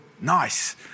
nice